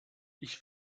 ich